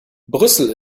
brüssel